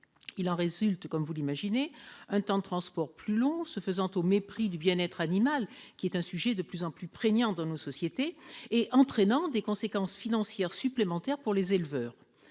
Il en résulte, comme vous l'imaginez, un temps de transport plus long, se faisant au mépris du bien-être animal, qui est un sujet de plus en plus prégnant dans nos sociétés, et entraînant des conséquences financières supplémentaires pour les éleveurs